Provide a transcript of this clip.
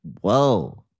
Whoa